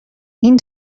این